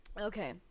Okay